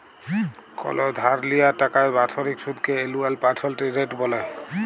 call ধার লিয়া টাকার বাৎসরিক সুদকে এলুয়াল পার্সেলটেজ রেট ব্যলে